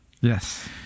Yes